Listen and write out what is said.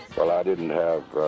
well, i didn't have